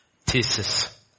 thesis